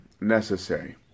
necessary